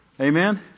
Amen